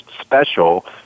Special